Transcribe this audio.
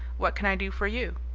what can i do for you?